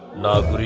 love but